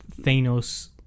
Thanos